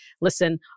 Listen